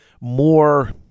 more